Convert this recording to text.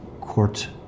court